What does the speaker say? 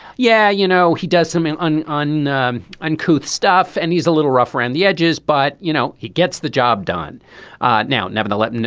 yeah. you know he does something on on um uncouth stuff and he's a little rough around the edges but you know he gets the job done now. nevertheless. and and